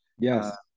Yes